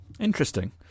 Interesting